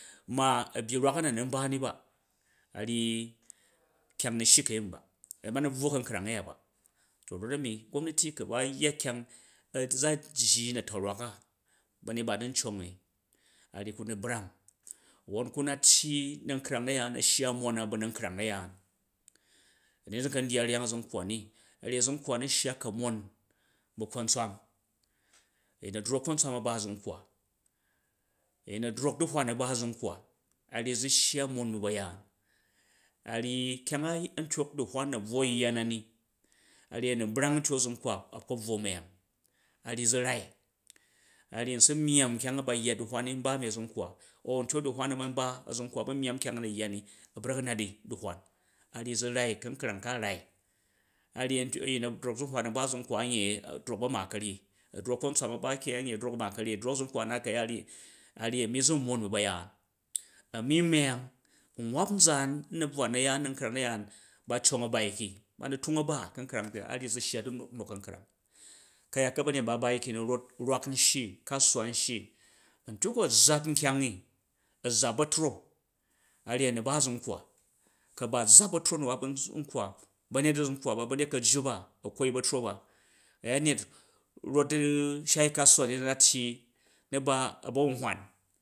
Ma a̱ bgyi rwak a na̱ nu̱ nba ni ba a̱ ryi kyang nu̱ shyi ka̱yemi ba, ba na̱ bvwo ka̱nkrang a̱ya ba, to rot a̱mi gomnati ku̱ ba yya kyang a̱ za jji na̱ta̱rwaka ba̱nyet ba na̱ ncongi, ku na brang won ku̱ na̱ tyyi na̱mkrang na̱yaan a̱ shya mon na ba̱ na̱nkrang na̱yaar, da̱ni zu kan dyat ryang a̱zumkwa ni, a ryi a̱zankwa a̱ nu shya ka̱mon bu̱ kwontswam, a̱yina drok kwontswam a̱ ba a̱zumkwa a̱yin a̱ drok du̱hwan a̱ ba a̱zimkwa a ryyi za̱ shya mon ba̱ ba̱yaan a ryyi kyang a̱ a̱ntyok da̱hwan na bvwo yya na ni a rryi a̱ na brang a̱ntyok a̱zunkwa aa̱ kpa bawo nyang, a̱ nyyi za̱ rai, a̱ ryyi n sa myamm kyang a bayya du̱hwan ni n ba mi a̱zunkwa au a̱ntyok da̱lwan a̱ man ba a̱zunkwa a̱ ba myamm kyang a na̱ yya ni a̱ brak a̱ nat i duhwan a ryyi za rai, ka̱nkrang ka a̱ rai a ryyi a̱ntyo, a̱yin na drok du̱hwan a̱ba a̱zunkwa anye a̱ drok ba̱ a̱ma ka̱ryyi, a̱ drok kwontswan a̱ ba ki a̱ne a̱ drok a̱ma ka̱ryyi, a̱ drok a̱zunkwa a̱ na kaya a ngyi a̱mi zu n mon bu̱ ba̱yaan ami nyang mvap nzaan u̱ na̱twuda na̱yaan na̱nkrang na̱jaan ba cong a̱ ba ki, ba mi tung a ba u̱ ka̱nkrang ka, a ryyi zushya du̱nok ka̱nkrang, ka̱yat ba̱nyet ba ba ki ni rat rwak n shyi, kasuwa n shyi, a̱ntyuk a a̱ zaap nkyang ni, a̱ zaap ba̱fro, a̱yyi a̱ nu ba a̱zunkwa, ku a̱ ba̱ zaap ba̱tro na ba ba a̱zunkwa, ba̱nyet a̱zunkwa ba ba̱nyet kajja ba a̱ kwi ba̱tro ba a̱ya nyet rot du̱ shoi kasuwa ji a tgyi na ba bu nbubn